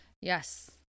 Yes